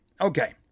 okay